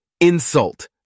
Insult